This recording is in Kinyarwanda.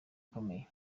ikomeye